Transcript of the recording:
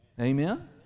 Amen